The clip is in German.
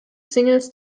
singles